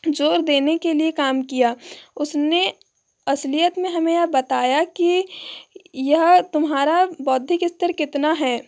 जोर देने के लिए काम किया उसने असलियत में हमें यह बताया की यह तुम्हारा बौद्धिक स्थिर कितना है